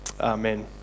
Amen